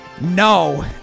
No